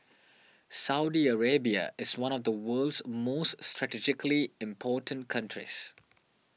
Saudi Arabia is one of the world's most strategically important countries